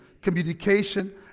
communication